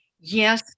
Yes